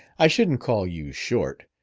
i shouldn't call you short.